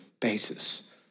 basis